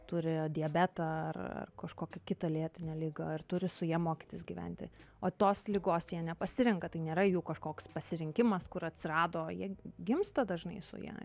turi diabetą ar ar kažkokią kitą lėtinę ligą ir turi su ja mokytis gyventi o tos ligos jie nepasirenka tai nėra jų kažkoks pasirinkimas kur atsirado jie gimsta dažnai su ja